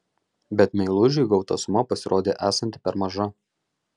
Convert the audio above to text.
bet meilužiui gauta suma pasirodė esanti per maža